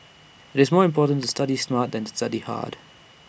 it's more important to study smart than to study hard